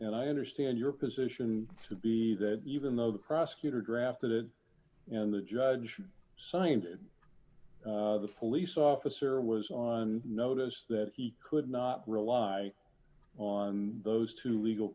and i understand your position to be that even though the prosecutor drafted and the judge signed it the police officer was on notice that he could not rely on those two legal